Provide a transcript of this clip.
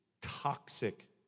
toxic